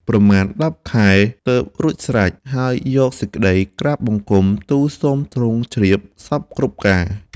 ប្រមាណ ១០ ខែ ទើបរួចស្រេច ហើយយកសេចក្ដីក្រាបបង្គំទូលសូមទ្រង់ជ្រាបសព្វគ្រប់ការ ។